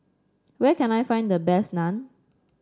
where can I find the best Naan